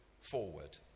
forward